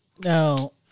now